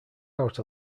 out